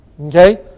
Okay